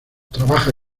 trabaja